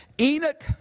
Enoch